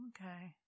Okay